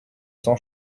sans